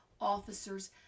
officers